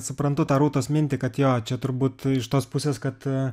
suprantu tą rūtos mintį kad jo čia turbūt iš tos pusės kad